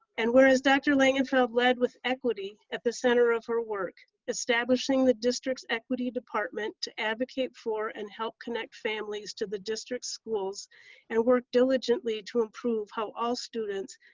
and whereas dr. langenfeld led with equity at the center of her work, establishing the district's equity department to advocate for and help connect families to the district's schools and work diligently to improve how all students,